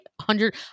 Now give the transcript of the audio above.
hundred